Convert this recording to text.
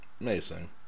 amazing